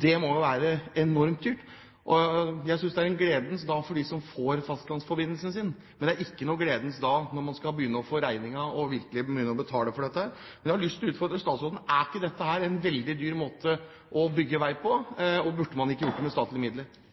Det må da være enormt dyrt. Jeg synes det er en gledens dag for dem som får fastlandsforbindelse, men det blir ikke noen gledens dag når man får regningen og skal begynne å betale for dette. Jeg har lyst til å utfordre statsråden: Er ikke dette en veldig dyr måte å bygge vei på, og burde man ikke gå inn med statlige midler?